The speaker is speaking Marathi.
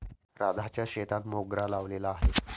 राधाच्या शेतात मोगरा लावलेला आहे